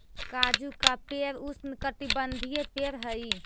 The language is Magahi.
काजू का पेड़ उष्णकटिबंधीय पेड़ हई